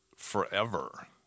forever